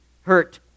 hurt